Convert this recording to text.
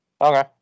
Okay